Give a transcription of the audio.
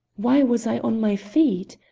why was i on my feet?